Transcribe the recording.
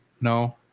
No